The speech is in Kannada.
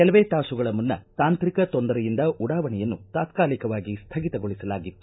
ಕೆಲವೇ ತಾಸುಗಳ ಮುನ್ನ ತಾಂತ್ರಿಕ ತೊಂದರೆಯಿಂದ ಉಡಾವಣೆಯನ್ನು ತಾತ್ಕಾಲಿಕವಾಗಿ ಸ್ಥಗಿತಗೊಳಿಸಲಾಗಿತ್ತು